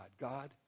God